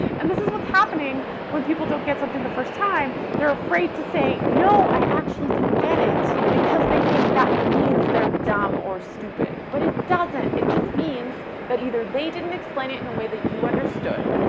and this is what's happening when people don't get something the first time, they're afraid to say, no, i actually didn't get it, because they think that means they're dumb or stupid. but it doesn't, it just means that either they didn't explain it in a way that you understood,